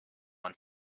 one